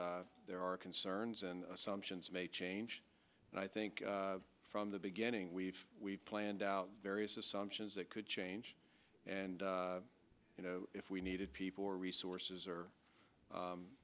there are concerns and assumptions may change and i think from the beginning we've planned out various assumptions that could change and you know if we needed people or resources or